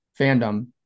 fandom